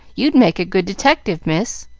you'd make a good detective, miss.